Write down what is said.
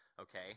okay